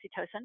oxytocin